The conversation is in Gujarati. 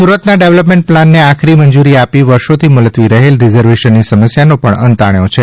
સુરતના ડેવલપમેન્ટ પ્લાનને આખરી મંજૂરી આપી વર્ષોથી મુલતવી રહેલ રિઝર્વેશનની સમસ્યાનો પણ અંત આણ્યો છે